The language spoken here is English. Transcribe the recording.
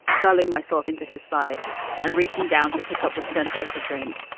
curling myself into his side and reaching down to pick up the scent over drink.